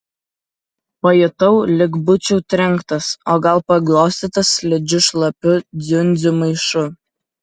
pajutau lyg būčiau trenktas o gal paglostytas slidžiu šlapių dziundzių maišu